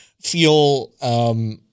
feel